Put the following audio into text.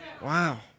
Wow